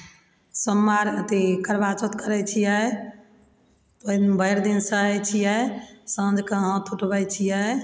सोमवार अथी करबा चौथ करय छियै तऽ ओइमे भरि दिन सहय छियै साँझके हाथ उठबय छियै